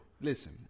Listen